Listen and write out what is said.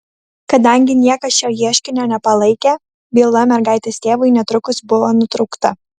kadangi niekas šio ieškinio nepalaikė byla mergaitės tėvui netrukus buvo nutraukta